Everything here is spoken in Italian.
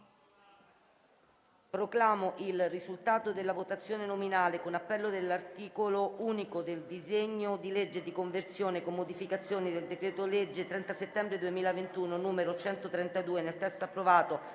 Proclamo il risultato della votazione nominale con appello dell'articolo unico del disegno di legge n. 2447, di conversione in legge, con modificazioni, del decreto-legge 30 settembre 2021, n. 132, nel testo approvato